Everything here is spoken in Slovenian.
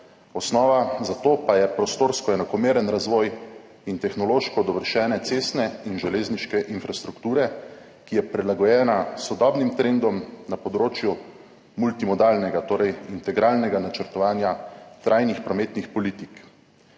Osnova za to pa je prostorsko enakomeren razvoj in tehnološko dovršeni cestna in železniška infrastruktura, ki sta prilagojeni sodobnim trendom na področju multimodalnega, torej integralnega, načrtovanja trajnih prometnih politik.